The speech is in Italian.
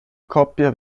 coppia